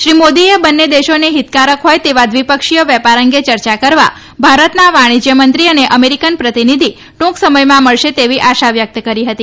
શ્રી મોદીએ બંને દેશોને હિતકારક હોય તેવા દ્વિપક્ષીય વેપાર અંગે ચર્ચા કરવા ભારતના વાણિજયમંત્રી અને અમેરિકન પ્રતિનિધી ટુંક સમયમાં મળશે તેવી આશા વ્યક્ત કરી હતી